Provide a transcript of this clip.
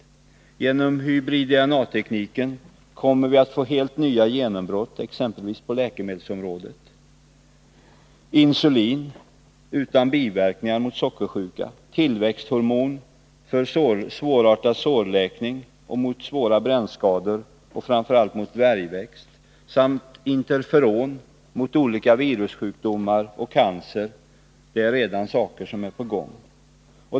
hybrid-DNA-tek Genom hybrid-DNA-tekniken kommer vi att få helt nya genombrott nik exempelvis på läkemedelsområdet. Insulin utan biverkningar mot sockersjuka, tillväxthormon för läkning av svårartade sår och mot svåra brännskador samt framför allt mot dvärgväxt, interferon mot olika virussjukdomar och cancer — det är saker som redan är på gång.